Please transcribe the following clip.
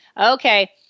Okay